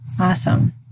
Awesome